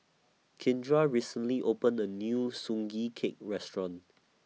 Kindra recently opened A New Sugee Cake Restaurant